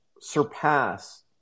surpass